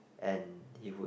and he would